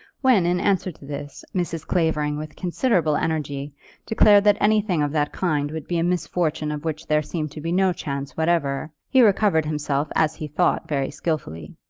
when, in answer to this, mrs. clavering with considerable energy declared that anything of that kind would be a misfortune of which there seemed to be no chance whatever, he recovered himself as he thought very skilfully.